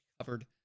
covered